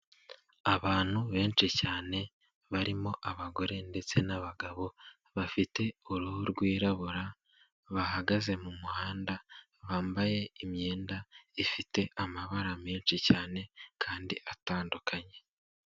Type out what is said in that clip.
Abantu benshi cyane barimo abagore ndetse n'abagabo bafite uruhu rwirabura, bahagaze mu muhanda, bambaye imyenda ifite amabara menshi cyane kandi atandukanye.